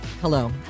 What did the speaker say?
Hello